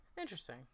Interesting